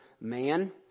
man